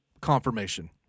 confirmation